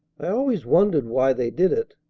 i always wondered why they did it,